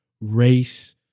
race